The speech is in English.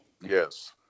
Yes